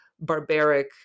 barbaric